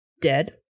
dead